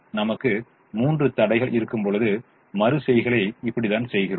நமக்கு 3 தடைகள் இருக்கும்பொழுது மறு செய்கைகளை இப்படித்தான் செய்கிறோம்